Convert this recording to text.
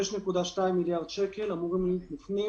5.2 מיליארד שקל אמורים להיות מופנים